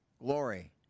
glory